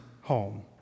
home